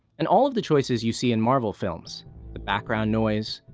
and all of the choices you see in marvel films the background noise,